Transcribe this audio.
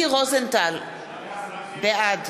(קוראת